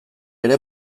ere